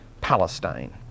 Palestine